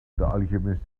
alchemist